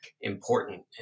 Important